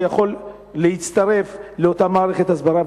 יכול להצטרף לאותה מערכת הסברה,